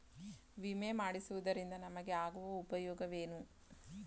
ವಿಮೆ ಮಾಡಿಸುವುದರಿಂದ ನಮಗೆ ಆಗುವ ಉಪಯೋಗವೇನು?